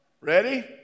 Ready